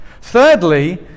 Thirdly